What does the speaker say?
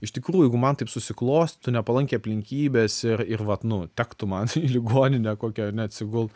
iš tikrųjų jeigu man taip susiklostytų nepalankiai aplinkybės ir ir vat nu tektų man į ligoninę kokią ane atsigult